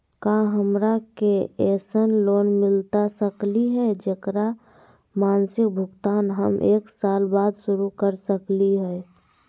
का हमरा के ऐसन लोन मिलता सकली है, जेकर मासिक भुगतान हम एक साल बाद शुरू कर सकली हई?